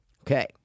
Okay